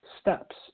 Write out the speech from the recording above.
Steps